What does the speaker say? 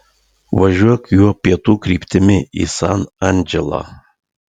važiuok juo pietų kryptimi į san andželą